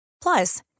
Plus